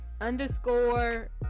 underscore